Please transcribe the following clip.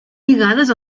lligades